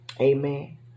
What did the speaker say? Amen